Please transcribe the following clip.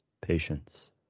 patience